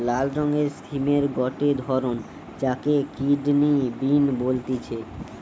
লাল রঙের সিমের গটে ধরণ যাকে কিডনি বিন বলতিছে